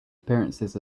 appearances